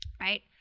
Right